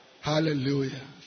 Hallelujah